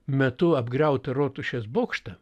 metu apgriautą rotušės bokštą